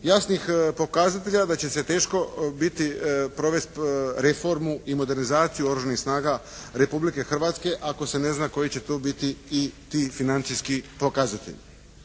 jasnih pokazatelja da će se teško biti provesti reformu i modernizaciju Oružanih snaga Republike Hrvatske ako se ne zna koji će tu biti i ti financijski pokazatelji.